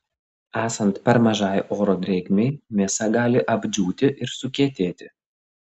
esant per mažai oro drėgmei mėsa gali apdžiūti ir sukietėti